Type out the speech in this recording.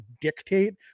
dictate